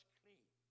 clean